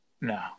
No